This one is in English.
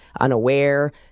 unaware